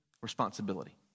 Responsibility